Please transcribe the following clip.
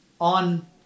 on